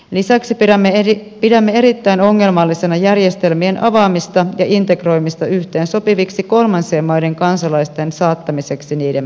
lisäksi pidämme erittäin ongelmallisena järjestelmien avaamista ja integroimista yhteensopiviksi kolmansien maiden kansalaisten saattamiseksi niiden piiriin